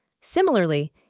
Similarly